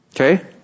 okay